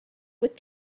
what